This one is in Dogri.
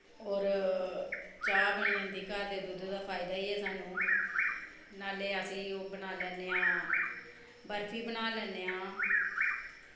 होर चाह् बनी जंदी घर दे दुद्ध दा फायदा ऐ सानूं नाले असी ओह् बना लैन्ने आं बरफी बना लैन्ने आं